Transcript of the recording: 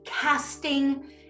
casting